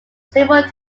several